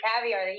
caviar